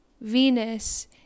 venus